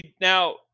Now